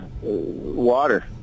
water